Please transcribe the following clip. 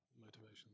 motivation